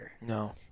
No